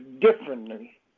differently